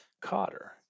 Cotter